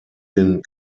den